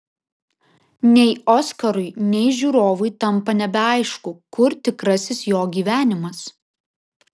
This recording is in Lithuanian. nei oskarui nei žiūrovui tampa nebeaišku kur tikrasis jo gyvenimas